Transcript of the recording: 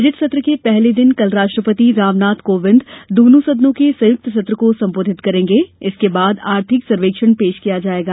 budget सत्र के पहले दिन कल राष्ट्रपति रामनाथ कोविंद दोनों सदनों के संयुक्त सत्र को सम्बोधित करेंगे इसके बाद आर्थिक सर्वेक्षण पेश किया जायेगा